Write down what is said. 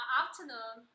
afternoon